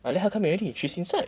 I let her come already she's inside